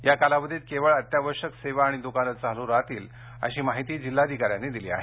या कालावधीत केवळ अत्यावश्यक सेवा आणि दुकानं चालू राहतील अशी माहिती जिल्हाधिकाऱ्यांनी दिली आहे